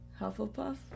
Hufflepuff